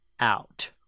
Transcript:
out